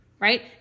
right